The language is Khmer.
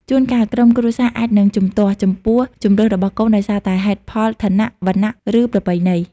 ជួនកាលក្រុមគ្រួសារអាចនឹង ជំទាស់ ចំពោះជម្រើសរបស់កូន ដោយសារតែហេតុផលឋានៈ វណ្ណៈ ឬប្រពៃណី។